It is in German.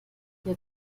hier